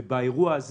ובאירוע הזה